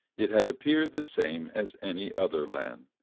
it had appeared the same as any other land,